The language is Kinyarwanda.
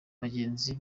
bagenzi